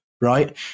right